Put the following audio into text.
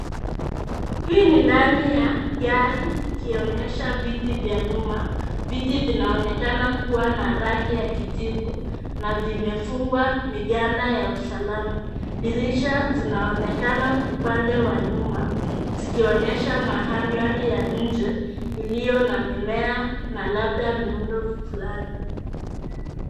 Hii ni ndani ya gari ikionyesha viti vya nyuma. Viti vinaonekana kuwa na rangi ya kijivu na vimefungwa miganda ya usalama. Dirisha zinaonekana upande wa nyuma zikionyesha mandhari ya nje iliyo na mimea na labda miundo flani.